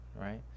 right